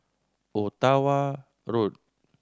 Ottawa Road